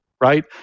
right